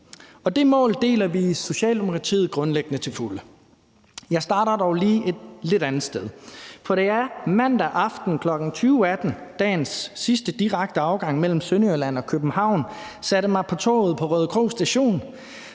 og det mål deler vi i Socialdemokratiet grundlæggende til fulde. Jeg vil dog lige starte et lidt andet sted. For da jeg mandag aften kl. 20.18, det er dagens sidste direkte afgang mellem Sønderjylland og København, satte mig på toget på Rødekro Station,